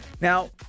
Now